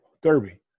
Derby